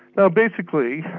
now basically,